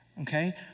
okay